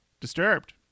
Disturbed